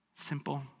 Simple